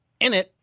InIt